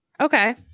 okay